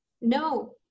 No